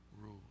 rule